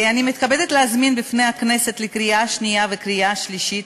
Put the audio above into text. אני מתכבדת להביא בפני הכנסת לקריאה שנייה ולקריאה שלישית